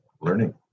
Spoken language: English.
learning